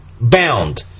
bound